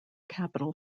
capital